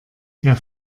der